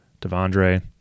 devondre